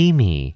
Amy